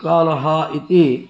कालः इति